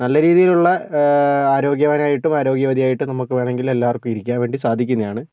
നല്ല രീതിയിലുള്ള ആരോഗ്യവാനായിട്ടും ആരോഗ്യവതിയായിട്ടും നമുക്ക് വേണമെങ്കിൽ എല്ലാവർക്കും ഇരിക്കാൻ വേണ്ടി സാധിക്കുന്നതാണ്